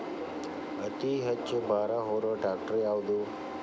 ಅತಿ ಹೆಚ್ಚ ಭಾರ ಹೊರು ಟ್ರ್ಯಾಕ್ಟರ್ ಯಾದು?